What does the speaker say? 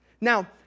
Now